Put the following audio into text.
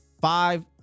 five